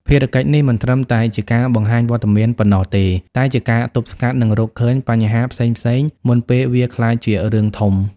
ភារកិច្ចនេះមិនត្រឹមតែជាការបង្ហាញវត្តមានប៉ុណ្ណោះទេ តែជាការទប់ស្កាត់ និងរកឃើញបញ្ហាផ្សេងៗមុនពេលវាក្លាយជារឿងធំ។